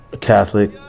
catholic